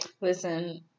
Listen